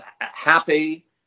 happy